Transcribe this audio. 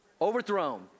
Overthrown